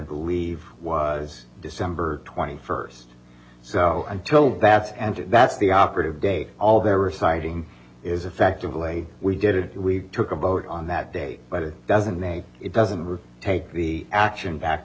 believe was december twenty first go until bath and that's the operative days all their reciting is effectively we did it we took a vote on that day but it doesn't then it doesn't really take the action back